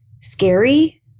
scary